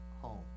home